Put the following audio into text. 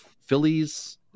Phillies